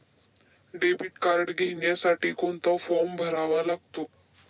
Debit card घेण्यासाठी कोणता form भरावा लागतो?